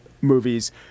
movies